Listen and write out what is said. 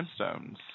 Gemstones